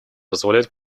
позволяет